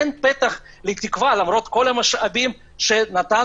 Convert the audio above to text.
אין פתח לתקווה למרות כל המשאבים שנתנו